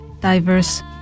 diverse